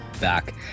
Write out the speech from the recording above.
back